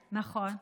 כן, נכון.